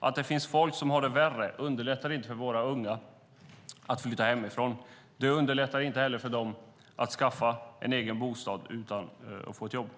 Att det finns folk som har det värre underlättar inte för våra unga att flytta hemifrån. Det underlättar inte heller för dem att skaffa en egen bostad utan att ha ett jobb.